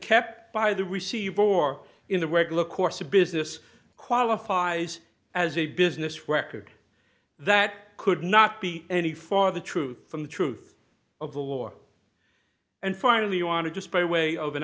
kept by the receiver or in the regular course of business qualifies as a business record that could not be any for the truth from the truth of the war and finally i want to just by way of an